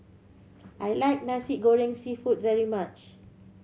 I like Nasi Goreng Seafood very much